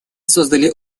создали